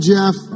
Jeff